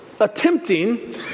attempting